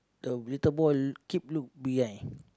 the little boy keep look behind